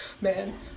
man